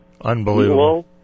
Unbelievable